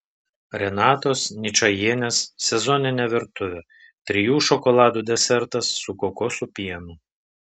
renatos ničajienės sezoninė virtuvė trijų šokoladų desertas su kokosų pienu